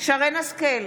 שרן מרים השכל,